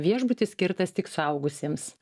viešbutis skirtas tik suaugusiems